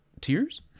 tears